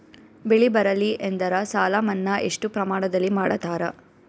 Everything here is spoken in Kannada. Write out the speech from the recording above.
ಬೆಳಿ ಬರಲ್ಲಿ ಎಂದರ ಸಾಲ ಮನ್ನಾ ಎಷ್ಟು ಪ್ರಮಾಣದಲ್ಲಿ ಮಾಡತಾರ?